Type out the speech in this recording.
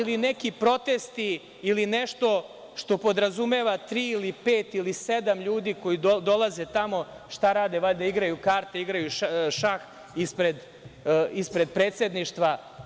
Ili neki protesti ili nešto što podrazumeva tri, pet ili sedam ljudi koji dolaze tamo, šta rade, valjda igraju karte ili šah ispred predsedništva.